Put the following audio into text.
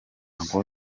uncle